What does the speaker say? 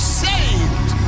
saved